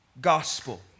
gospel